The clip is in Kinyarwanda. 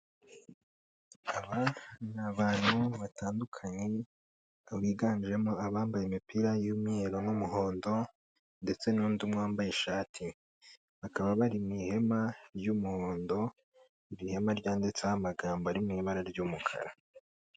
Aba nabantu batandukanye biganjemo abambaye imipira y'umweru n'umuhondo ndetse n'undi umwe wambaye ishati, bakaba bari mu ihema ry'umuhondo, iri hema ryanditseho amagambo ari mu ibara ry'umukara.